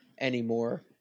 anymore